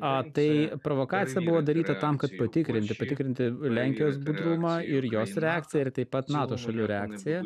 tai provokacija buvo daryta tam kad patikrinti patikrinti lenkijos budrumą ir jos reakciją ir taip pat nato šalių reakciją